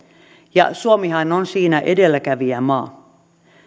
ja suomihan on siinä edelläkävijämaa